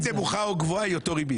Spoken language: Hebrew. אבל ריבית נמוכה או גבוהה היא אותה ריבית.